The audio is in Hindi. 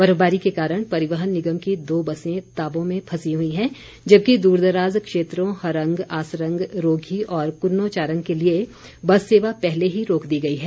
बर्फबारी के कारण परिवहन निगम की दो बसें ताबो में फंसी हुई हैं जबकि दूरदाराज क्षेत्रों हरंग आसरंग रोघी और कुन्नो चारंग के लिए बस सेवा पहले ही रोक दी गई है